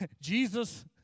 Jesus